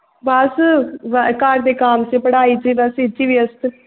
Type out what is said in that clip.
ਬਸ ਵ ਘਰ ਦੇ ਕੰਮ 'ਚ ਪੜ੍ਹਾਈ 'ਚ ਬਸ ਇਹ 'ਚ ਵਿਅਸਤ